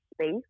space